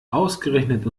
ausgerechnet